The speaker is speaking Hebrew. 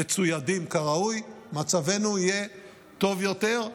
מצוידים כראוי, מצבנו יהיה טוב יותר.